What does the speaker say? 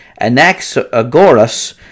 Anaxagoras